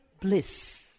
bliss